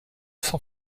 san